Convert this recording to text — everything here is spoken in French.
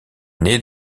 née